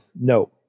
no